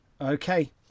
Okay